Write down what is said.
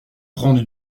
prendre